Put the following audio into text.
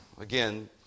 again